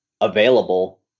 available